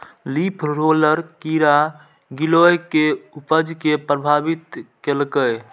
leaf roller कीड़ा गिलोय के उपज कें प्रभावित केलकैए